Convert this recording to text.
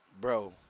bro